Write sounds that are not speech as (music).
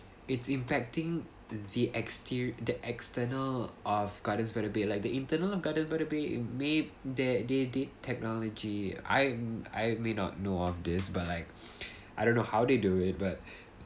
it's impacting the z~ exte~ the external of Gardens by the Bay like the internal of Gardens by the Bay it may that they they technology I I may not know of this but like (breath) I don't know how they do it but